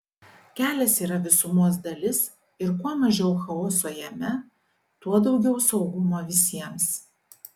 kelias yra visumos dalis ir kuo mažiau chaoso jame tuo daugiau saugumo visiems